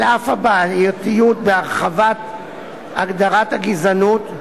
על אף הבעייתיות בהרחבת הגדרת הגזענות,